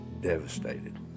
devastated